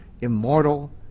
immortal